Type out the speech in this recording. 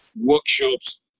workshops